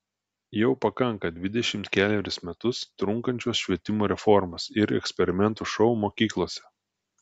jau pakanka dvidešimt kelerius metus trunkančios švietimo reformos ir eksperimentų šou mokyklose